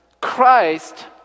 Christ